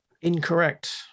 Incorrect